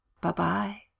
Bye-bye